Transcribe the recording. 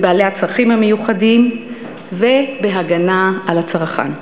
בבעלי הצרכים המיוחדים ובהגנה על הצרכן,